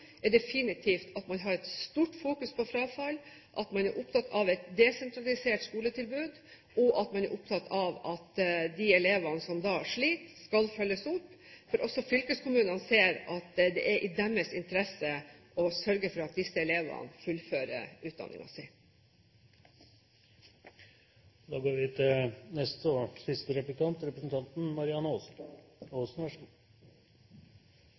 er definitivt at man har et stort fokus på frafall, at man er opptatt av et desentralisert skoletilbud, og at man er opptatt av at de elevene som sliter, skal følges opp, for også fylkeskommunene ser at det er i deres interesse å sørge for at disse elevene fullfører sin utdanning. Jeg vil tilbake til temaet rundt dette med forskningsfond. I sitt svar til Tor Bremer sa representanten